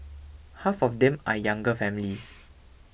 half of them are younger families